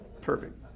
Perfect